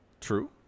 True